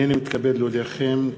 הנני מתכבד להודיעכם,